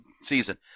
season